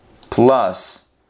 plus